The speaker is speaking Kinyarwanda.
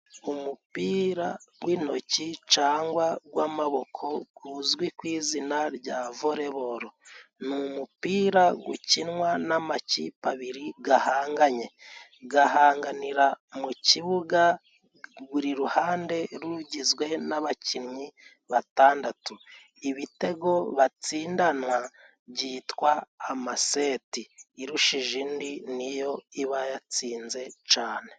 Umupira w'intoki cangwa gw'amaboko guzwi ku izina rya Vore boro, ni umupira gukinwa n'amakipe abiri gahanganye, gahanganira mu kibuga, buri ruhande rugizwe n'abakinnyi batandatu, ibitego batsindana byitwa amaseti, irushije indi niyo iba yatsinze cane.